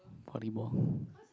volleyball